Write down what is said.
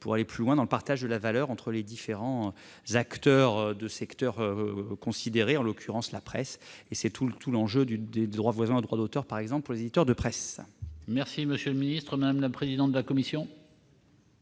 mais aussi dans le partage de la valeur entre les différents acteurs du secteur considéré, en l'occurrence la presse. C'est tout l'enjeu des droits voisins ou droits d'auteur, par exemple, pour les éditeurs de presse. La parole est à Mme la présidente de la commission.